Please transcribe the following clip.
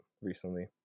recently